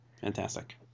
Fantastic